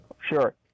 Sure